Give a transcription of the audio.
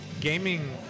gaming